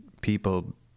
people